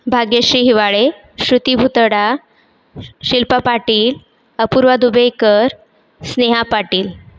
Bhagyashree Hiwale Shruti Bhutada Shilpa Patil Apurva Dubekar Sneha Patil